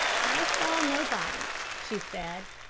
i saw nobody, she said.